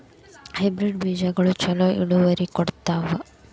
Hybrid ಬೇಜಗೊಳು ಛಲೋ ಇಳುವರಿ ಕೊಡ್ತಾವ?